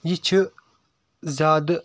یہِ چھِ زیادٕ